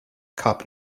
cup